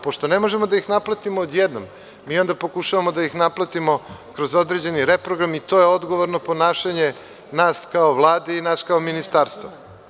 Pošto ne možemo da ih naplatimo odjednom, mi onda pokušavamo da ih naplatimo kroz određeni reprogram i to je odgovorno ponašanje nas kao Vlade i nas kao Ministarstva.